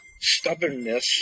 Stubbornness